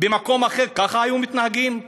במקום אחר היו מתנהגים ככה?